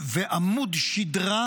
ועמוד שדרה,